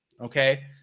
okay